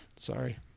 Sorry